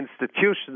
institutions